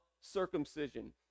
circumcision